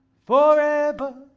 forever.